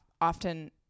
often